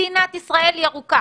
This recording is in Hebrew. מדינת ישראל ירוקה,